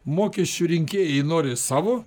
mokesčių rinkėjai nori savo